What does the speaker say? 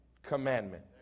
commandment